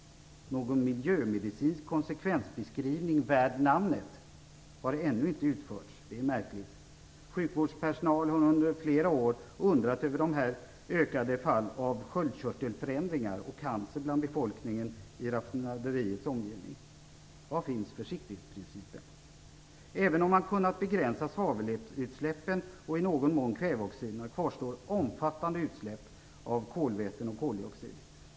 Någon miljömedicinsk konsekvensbeskrivning värd namnet har ännu inte gjorts. Det är märkligt. Sjukvårdspersonal har under flera år undrat över de ökade antal fall av sköldkörtelförändringar och cancer bland befolkningen i raffinaderiets omgivning. Även om man har kunnat begränsa svavelutsläppen och i någon mån kväveoxiderna kvarstår omfattande utsläpp av kolväten och koldioxid.